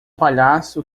palhaço